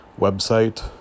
website